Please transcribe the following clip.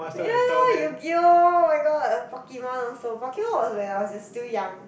ya Yu-Gi-Oh [oh]-my-god a Pokemon also Pokemon was when I was still young